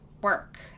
work